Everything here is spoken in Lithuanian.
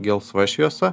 gelsva šviesa